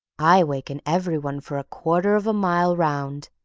i waken everyone for a quarter of a mile round.